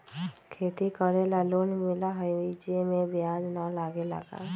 खेती करे ला लोन मिलहई जे में ब्याज न लगेला का?